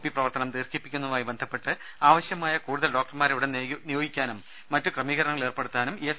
P പ്രവർത്തനം ദീർഘിപ്പിക്കുന്നതുമായി ബന്ധപ്പെട്ട് ആവശ്യമായ കൂടുതൽ ഡോക്ടർമാരെ ഉടൻ നിയോഗിക്കാനും മറ്റു ക്രമീകരണങ്ങൾ ഏർപ്പെടുത്താനും ഇഎസ്